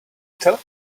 tell